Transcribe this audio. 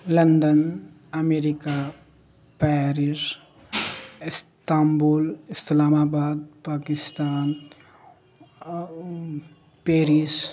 London America Paris Istanbul Islamabad Pakistan Paris